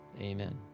amen